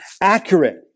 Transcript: accurate